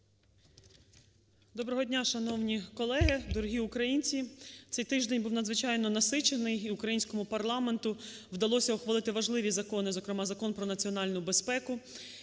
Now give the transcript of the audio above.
Доброго дня, шановні колеги, дорогі українці! Цей тиждень був надзвичайно насичений і українському парламенту вдалося ухвалити важливі закони, зокрема, Закон про національну безпеку